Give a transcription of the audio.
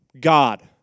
God